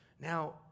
Now